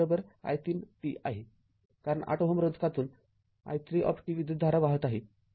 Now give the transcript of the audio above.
V i३ t आहे कारण ८Ω रोधातून i३ विद्युतधारा वाहत आहे